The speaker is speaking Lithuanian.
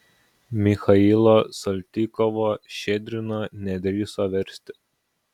michailo saltykovo ščedrino nedrįso versti